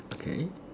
okay